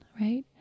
right